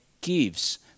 gives